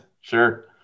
Sure